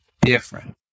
different